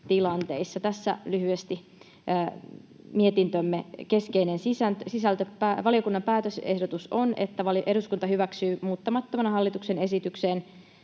Tässä lyhyesti mietintömme keskeinen sisältö. Valiokunnan päätösehdotus on, että eduskunta hyväksyy muuttamattomana hallituksen esitykseen